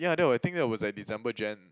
yeah that I think that was like December Jan